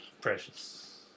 Precious